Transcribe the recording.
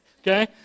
okay